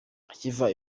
akiva